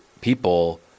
people